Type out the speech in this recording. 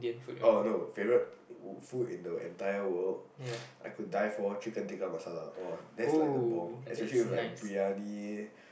oh no favourite food in the entire world ppl I could die for Chicken tikka masala oh that's like the bomb especially whit like Biryani